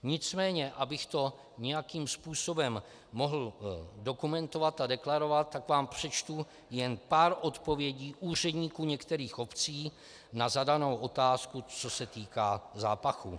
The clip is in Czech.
Nicméně abych to nějakým způsobem mohl dokumentovat a deklarovat, tak vám přečtu jen pár odpovědí úředníků některých obcí na zadanou otázku, co se týká zápachu.